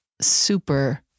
super